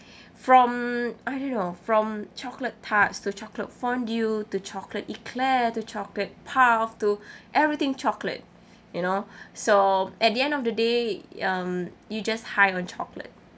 from I don't know from chocolate tarts to chocolate fondue to chocolate eclairs to chocolate puff to everything chocolate you know so at the end of the day um you just high on chocolate